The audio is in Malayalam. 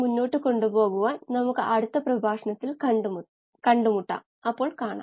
മണിക്കൂർ അടിസ്ഥാനത്തിൽ ഇത് 329h 1 ആയി മാറുന്നു